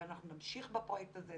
אבל אנחנו נמשיך בפרויקט הזה,